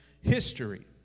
history